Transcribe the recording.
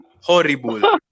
Horrible